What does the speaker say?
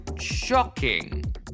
shocking